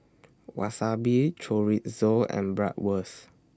Wasabi Chorizo and Bratwurst